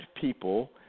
people